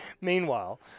Meanwhile